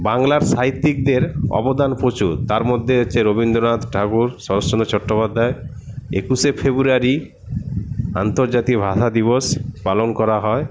বাংলার সাহিত্যিকদের অবদান প্রচুর তার মধ্যে হচ্ছে রবীন্দ্রনাথ ঠাকুর শরৎচন্দ্র চট্টোপাধ্যায় একুশে ফেব্রুয়ারি আন্তর্জাতিক ভাষা দিবস পালন করা হয়